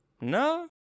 no